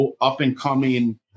up-and-coming